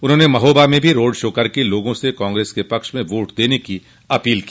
उन्होंने महोबा में भी रोड शो कर लोगों से कांग्रेस के पक्ष में वोट की अपील की